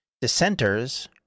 Dissenters